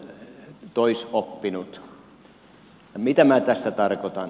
ja mitä minä tässä tarkoitan